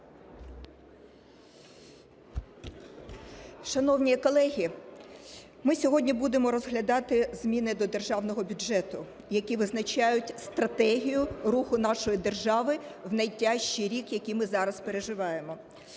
Шановні колеги, ми сьогодні будемо розглядати зміни до Державного бюджету, які визначають стратегію руху нашої держави в найтяжчий рік, який ми зараз переживаємо.